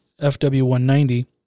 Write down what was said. FW-190